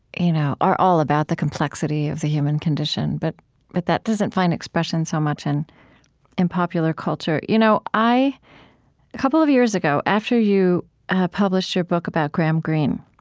you know are all about the complexity of the human condition. but but that doesn't find expression so much in in popular culture. you know a couple of years ago, after you published your book about graham greene,